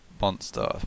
monster